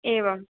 एवं